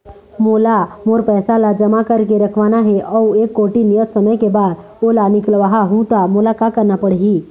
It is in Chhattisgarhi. मोला मोर पैसा ला जमा करके रखवाना हे अऊ एक कोठी नियत समय के बाद ओला निकलवा हु ता मोला का करना पड़ही?